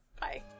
Bye